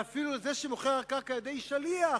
ואפילו זה שמוכר הקרקע על-ידי שליח,